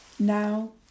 Now